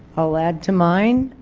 ah will add to mine,